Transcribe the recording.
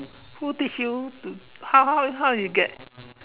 who teach you to how how you get